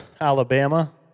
Alabama